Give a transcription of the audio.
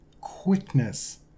quickness